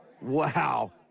Wow